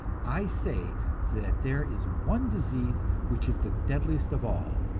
i say that there is one disease which is the deadliest of all,